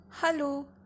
Hello